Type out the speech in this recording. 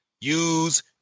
use